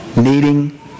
Needing